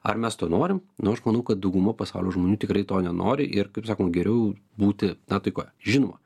ar mes to norim nu aš manau kad dauguma pasaulio žmonių tikrai to nenori ir kaip sakoma geriau būti taikoj žinoma